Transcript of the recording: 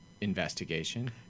investigation